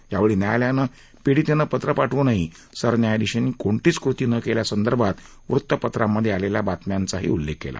यावेळी न्यायालयानं पिडितेनं पत्र पाठवूनही सरन्यायाधिशांनी कोणतीच कृती न केल्यासंदर्भात वृत्तपत्रांमध्ये आलेल्या बातम्यांचाही उल्लेख केला